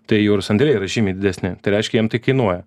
tai jų ir sandėliai yra žymiai didesni tai reiškia jiem tai kainuoja